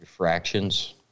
Fractions